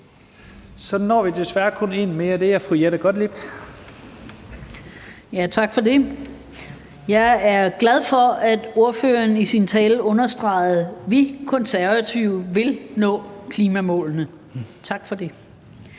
Så når vi desværre kun en mere, og det er fru Jette Gottlieb. Kl. 17:11 Jette Gottlieb (EL): Tak for det. Jeg er glad for, at ordføreren i sin tale understregede, at De Konservative vil nå klimamålene. Tak for det.